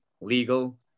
legal